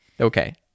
Okay